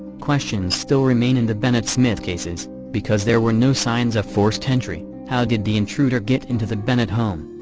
questions still remain in the bennett-smith cases because there were no signs of forced entry, how did the intruder get into the bennett home?